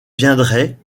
viendrait